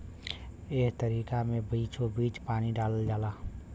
एह तरीका मे बीचोबीच पानी डालल जाला